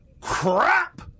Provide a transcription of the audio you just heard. crap